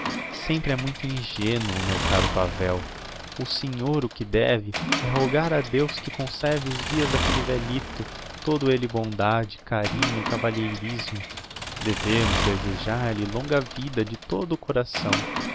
sempre é muito ingenuo meu caro pavel o senhor o que deve é rogar a deus que conserve os dias d'aquelle vélhito todo elle bondade carinho cavalheirismo devemos desejar lhe longa vida de todo o coração